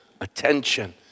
attention